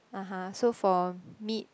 (uh huh) so for meat